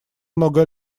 много